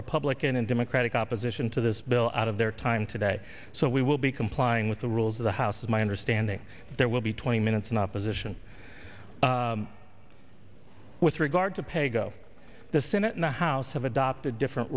republican and democratic opposition to this bill out of their time today so we will be complying with the rules of the house is my understanding there will be twenty minutes in opposition with regard to paygo the senate and the house have adopted different